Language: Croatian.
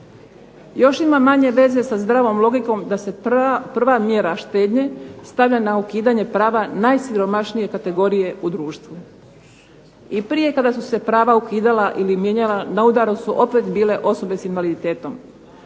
Još ima manje veze sa zdravom logikom da se prva mjera štednje stavlja na ukidanje prava najsiromašnije kategorije u društvu. I prije kada su se prava ukidala ili mijenjala na udaru su opet bile osobe sa invaliditetom.